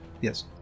Yes